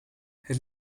het